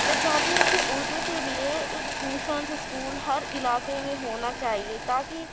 میں چاہتی ہوں کہ اردو کے لیے ایک ٹیوشنس اسکول ہر علاقے میں ہونا چاہیے تاکہ